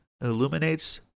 illuminates